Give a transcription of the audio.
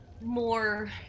more